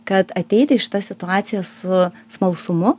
kad ateiti į šitą situaciją su smalsumu